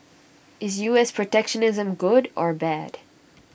is U S protectionism good or bad